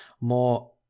More